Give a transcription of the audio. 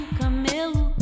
camelo